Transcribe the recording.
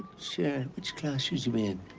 yeah which class you may